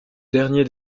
dernier